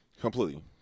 Completely